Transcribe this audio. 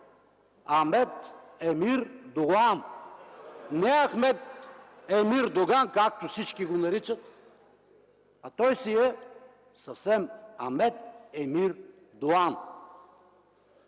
Амед Емир Доан. Не Ахмед Емир Доган, както всички го наричат, а той си е съвсем Амед Емир Доан.